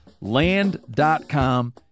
Land.com